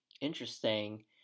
Interesting